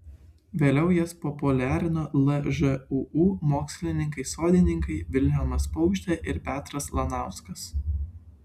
vėliau jas populiarino lžūu mokslininkai sodininkai vilhelmas paukštė ir petras lanauskas